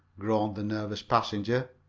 groaned the nervous passenger.